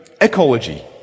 ecology